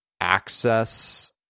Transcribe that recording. access